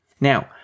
Now